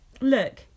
Look